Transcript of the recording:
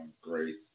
great